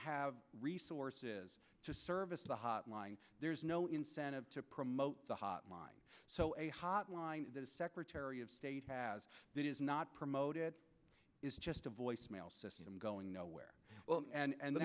have resources to service the hotline there's no incentive to promote the hotline so a hotline the secretary of state has that is not promoted is just a voice mail system going nowhere